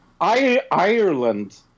Ireland